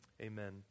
Amen